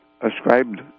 ascribed